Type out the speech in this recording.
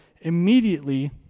immediately